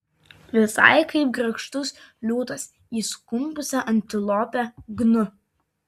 visai kaip grakštus liūtas į sukumpusią antilopę gnu